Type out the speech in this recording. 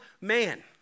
Man